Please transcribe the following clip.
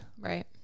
Right